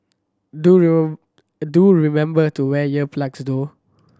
do do remember to wear ear plugs though